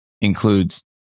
includes